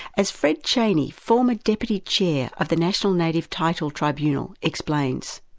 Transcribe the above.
as fred chaney, former deputy chair of the national native title tribunal explains.